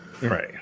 Right